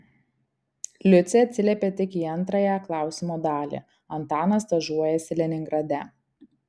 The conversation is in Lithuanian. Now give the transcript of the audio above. liucė atsiliepė tik į antrąją klausimo dalį antanas stažuojasi leningrade